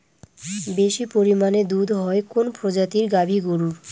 বেশি পরিমানে দুধ হয় কোন প্রজাতির গাভি গরুর?